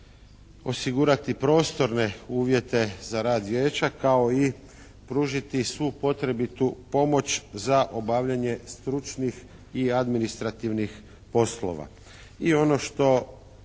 osigurati prostorne uvjete za rad Vijeća kao i pružiti svu potrebitu pomoć za obavljanje stručnih i administrativnih poslova.